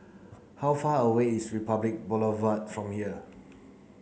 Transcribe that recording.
how far away is Republic Boulevard from here